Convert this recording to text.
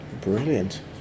Brilliant